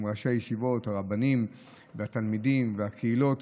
עם ראשי הישיבות, הרבנים והתלמידים והקהילות.